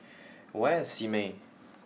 where is Simei